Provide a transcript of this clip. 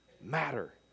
matter